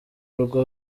rugo